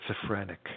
schizophrenic